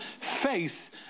faith